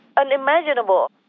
unimaginable